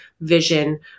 vision